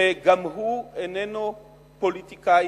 שגם הוא איננו פוליטיקאי,